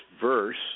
verse